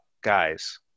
Guys